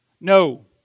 No